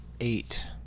Eight